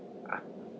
ah